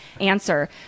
answer